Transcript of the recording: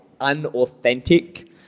unauthentic